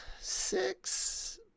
six